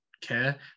care